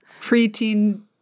preteen